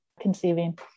conceiving